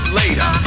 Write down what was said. later